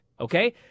okay